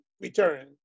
return